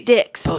Dicks